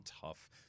tough